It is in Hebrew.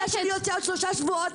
ולשים את אביבה ברחוב?